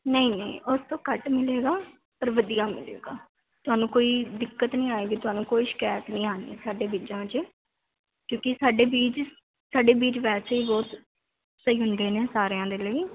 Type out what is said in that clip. ਨਹੀਂ ਨਹੀਂ ਉਸ ਤੋਂ ਘੱਟ ਮਿਲੇਗਾ ਪਰ ਵਧੀਆ ਮਿਲੇਗਾ ਤੁਹਾਨੂੰ ਕੋਈ ਦਿੱਕਤ ਨਹੀਂ ਆਵੇਗੀ ਤੁਹਾਨੂੰ ਕੋਈ ਸ਼ਿਕਾਇਤ ਨਹੀਂ ਆਉਣੀ ਸਾਡੇ ਬੀਜਾਂ 'ਚ ਕਿਉਂਕਿ ਸਾਡੇ ਬੀਜ ਸਾਡੇ ਬੀਜ ਵੈਸੇ ਹੀ ਬਹੁਤ ਸਹੀ ਹੁੰਦੇ ਨੇ ਸਾਰਿਆਂ ਦੇ ਲਈ